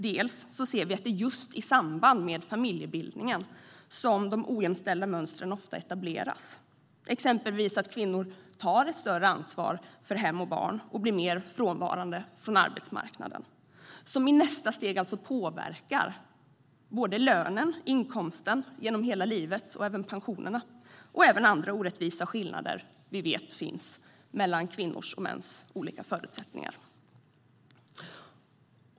Dels ser vi att det är just i samband med familjebildningen som de ojämställda mönstren ofta etableras, exempelvis att kvinnor tar ett större ansvar för hem och barn och blir mer frånvarande från arbetsmarknaden. Detta påverkar i nästa steg lönen, inkomsten genom hela livet, pensionerna och även andra orättvisa skillnader som vi vet finns mellan kvinnors och mäns olika förutsättningar.